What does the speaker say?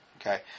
Okay